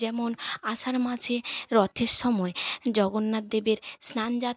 যেমন আষাঢ় মাসে রথের সময় জগন্নাথ দেবের স্নান যাত্রা